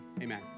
amen